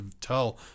tell